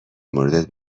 موردت